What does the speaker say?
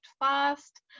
fast